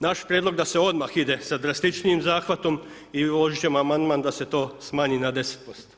Naš je prijedlog da se odmah ide sa drastičnijim zahvatom i uložiti ćemo amandman da se to smanji na 10%